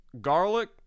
garlic